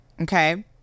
Okay